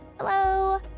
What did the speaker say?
Hello